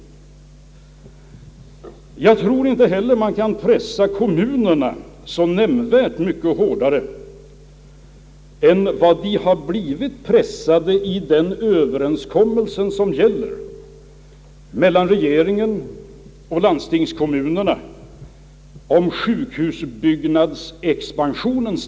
Jag tror inte heller man kan pressa kommunerna nämnvärt mycket hårdare än de har blivit pressade genom överenskommelsen mellan regeringen och landstingskommunerna om den framtida takten i sjukhusbyggnadsexpansionen.